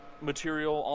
material